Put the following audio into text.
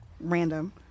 Random